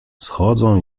schodzą